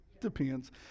Depends